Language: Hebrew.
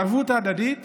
הערבות ההדדית